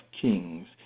Kings